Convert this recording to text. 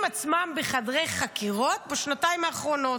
את עצמם בחדרי חקירות בשנתיים האחרונות.